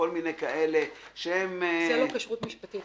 כל מיני כאלה --- שאין לו כשרות משפטית,